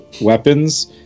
weapons